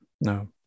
No